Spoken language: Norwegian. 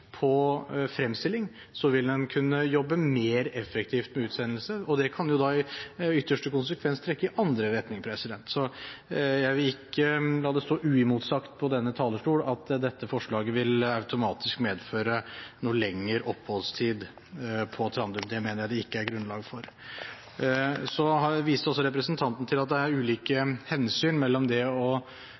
på fremstilling, vil en kunne jobbe mer effektivt med utsendelse. Det kan i ytterste konsekvens trekke i den andre retningen. Jeg vil ikke la det stå uimotsagt fra denne talerstol at dette forslaget automatisk vil medføre noe lengre oppholdstid på Trandum. Det mener jeg det ikke er grunnlag for å si. Så viste også representanten til at det ligger ulike hensyn til grunn mellom det å fremstilles for fengsling etter straffeprosessloven og